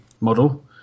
model